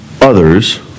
others